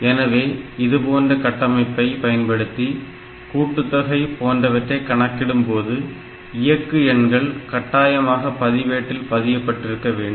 எனவே இதுபோன்ற கட்டமைப்பை பயன்படுத்தி கூட்டுத்தொகை போன்றவற்றை கணக்கிடும்போது இயக்கு எண்கள் கட்டாயமாக பதிவேட்டில் பதியப்பட்டிருக்கவேண்டும்